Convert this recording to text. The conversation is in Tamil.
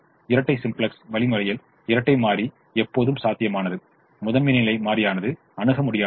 இரட்டை சிம்ப்ளக்ஸ் வழிமுறையில் இரட்டை மாறி எப்போதும் சாத்தியமானது முதன்மை நிலை மாறியானது அணுக முடியாதது